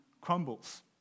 crumbles